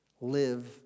Live